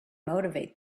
motivate